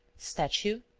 statue,